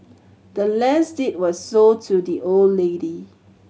the land's deed was sold to the old lady